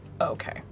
Okay